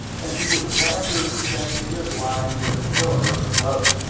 and he was glad to exchange his line for the tiller of the boat,